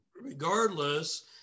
regardless